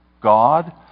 God